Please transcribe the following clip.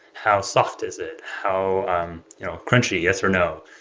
how soft is it, how um you know crunchy, yes or no,